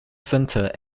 center